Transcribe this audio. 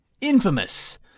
Infamous